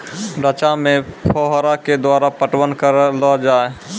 रचा मे फोहारा के द्वारा पटवन करऽ लो जाय?